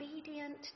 obedient